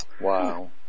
Wow